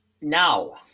Now